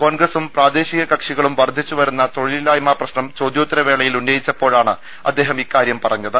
കോൺഗ്രസും പ്രാദേശിക കക്ഷികളും വർദ്ധിച്ചു വരുന്ന തൊഴിലില്ലായ്മ പ്രശ്നം ചോദ്യോത്തരവേള യിൽ ഉന്നയിച്ചപ്പോഴാണ് അദ്ദേഹം ഇക്കാര്യം പറഞ്ഞത്